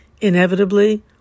inevitably